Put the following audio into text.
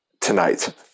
tonight